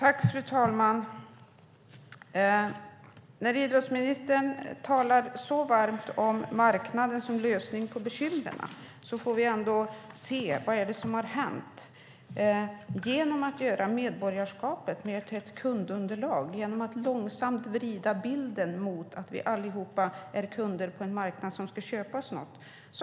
Fru talman! När idrottsministern talar så varmt om marknaden som en lösning på bekymren får vi ändå se vad det är som har hänt: Medborgarskapet har gjorts mer till ett kundunderlag genom att långsamt vrida bilden mot att vi allihop är kunder på en marknad där det ska köpas något.